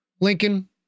Lincoln